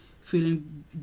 feeling